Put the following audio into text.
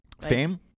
fame